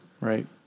right